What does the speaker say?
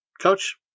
Coach